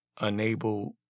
unable